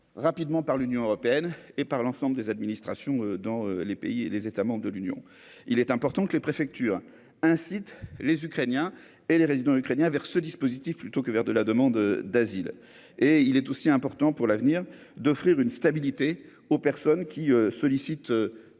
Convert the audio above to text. rapidement par l'Union européenne et par l'ensemble des administrations dans les pays, les États membres de l'Union, il est important que les préfectures incite les Ukrainiens et les résidents ukrainiens vers ce dispositif plutôt que vers de la demande d'asile, et il est aussi important pour l'avenir, d'offrir une stabilité aux personnes qui sollicite